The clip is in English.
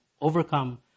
overcome